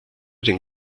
den